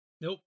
nope